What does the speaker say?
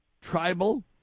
tribal